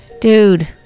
dude